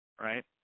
right